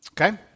Okay